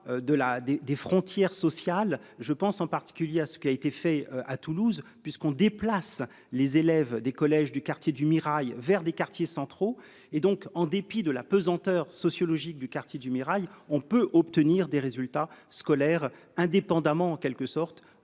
des frontières sociales, je pense en particulier à ce qui a été fait à Toulouse puisqu'on déplace les élèves des collèges du quartier du Mirail vers des quartiers centraux et donc en dépit de la pesanteur sociologique du quartier du Mirail. On peut obtenir des résultats scolaires indépendamment en quelque sorte